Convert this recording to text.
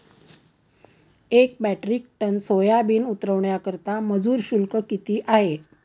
एक metric ton सोयाबीन उतरवण्याकरता मजूर शुल्क किती आहे?